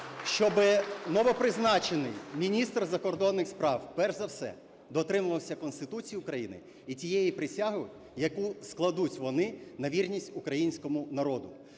щоб новопризначений міністр закордонних справ перш за все дотримувався Конституції України і тієї присяги, яку складуть вони на вірність Українському народові.